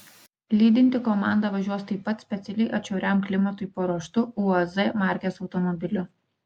lydinti komanda važiuos taip pat specialiai atšiauriam klimatui paruoštu uaz markės automobiliu